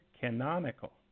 canonical